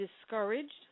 discouraged